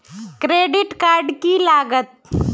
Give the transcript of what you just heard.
Credit card की लागत?